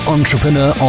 Entrepreneur